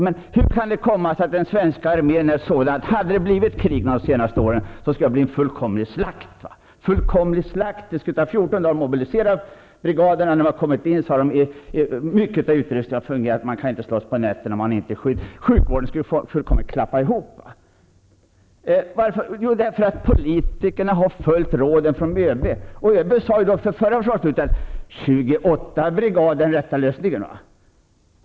Men hur kan det komma sig att den svenska armén är sådan, att om det hade blivit krig under de senaste åren, hade det blivit en fullkomlig slakt? Det skulle ta 14 dagar att mobilisera brigaderna. När de väl hade kommit in skulle det ha visat sig att en stor del av utrustningen inte fungerar, att man inte kan slåss på nätterna och att sjukvården snabbt skulle klappa ihop. Varför? Jo, därför att politikerna har följt råden från ÖB, och ÖB sade ju vid det förra försvarsbeslutet att 28 brigader är den rätta avvägningen.